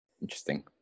Interesting